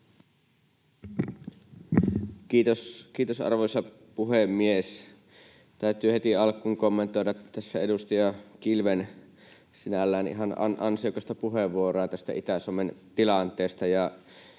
Kiitos, arvoisa puhemies! Täytyy heti alkuun kommentoida edustaja Kilven sinällään ihan ansiokasta puheenvuoroa tästä Itä-Suomen tilanteesta.